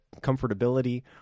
comfortability